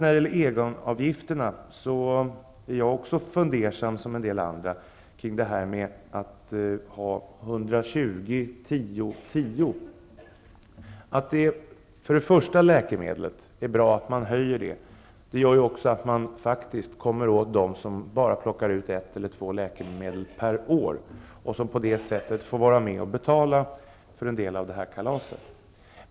När det gäller egenavgifterna är jag, precis som en del andra, också litet fundersam över ''120'', ''10'', ''10''. Det är bra om priset för det först köpta läkemedlet höjs. Det gör att det går att komma åt de som plockar ut bara ett eller två läkemedel per år. De får på det sättet vara med och betala för en del av kalaset.